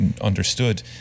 Understood